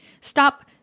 Stop